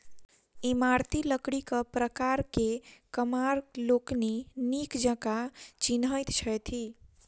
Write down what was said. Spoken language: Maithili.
इमारती लकड़ीक प्रकार के कमार लोकनि नीक जकाँ चिन्हैत छथि